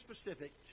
specific